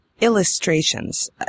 illustrations